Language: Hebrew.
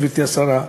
גברתי השרה.